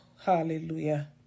hallelujah